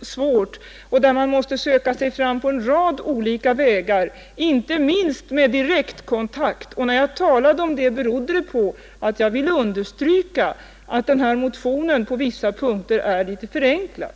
svårare, där man måste söka sig fram på en rad olika vägar, inte minst med direktkontakt. Och när jag talade om detta berodde det på att jag ville understryka att den här motionen på vissa punkter är förenklad.